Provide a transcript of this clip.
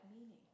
meaning